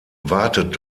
wartet